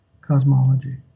cosmology